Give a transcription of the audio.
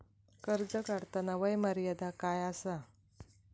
कर्ज काढताना वय मर्यादा काय आसा?